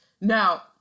Now